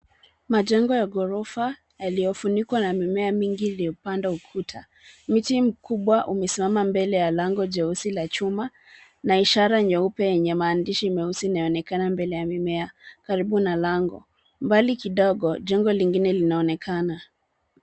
Majengo ya ghorofa yaliyofunikwa na mimea mingi iliyopanda ukuta. Miti mkubwa umesimama mbele ya lango jeusi la chuma na ishara nyeupe yenye maandishi meusi inaonekana mbele ya mimea karibu na lango. Mbali kidogo jengo lingine linaonekana.